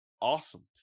Awesome